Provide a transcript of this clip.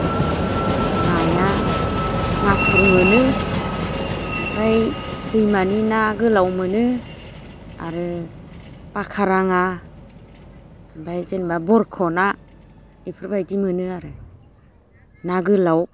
नाया नाथुर मोनो ओमफाय दैमानि ना गोलाव मोनो आरो बाखा राङा ओमफाय जेनोबा बरख' ना एफोरबायदि मोनो आरो ना गोलाव